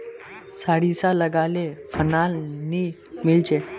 सारिसा लगाले फलान नि मीलचे?